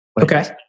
Okay